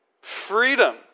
Freedom